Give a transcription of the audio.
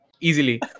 Easily